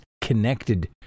connected